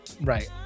right